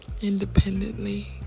independently